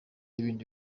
ibindi